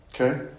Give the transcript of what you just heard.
Okay